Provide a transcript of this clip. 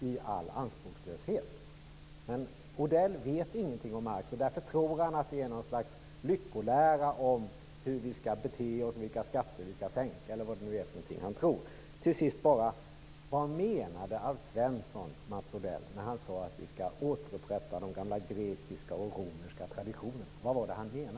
Men Odell vet ingenting om Marx, och därför tror han att det är fråga om något slags lyckolära om hur vi skall bete oss, vilka skatter vi skall sänka eller vad det nu är han tror. Till sist bara: Vad menade Alf Svensson, Mats Odell, när han sade att vi skall återupprätta de gamla grekiska och romerska traditionerna?